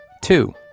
Two